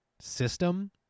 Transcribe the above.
System